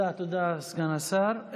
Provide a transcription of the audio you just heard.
תודה, סגן השר.